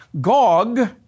Gog